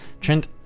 Trent